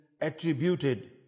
attributed